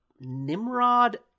Nimrod